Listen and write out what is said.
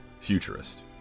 futurist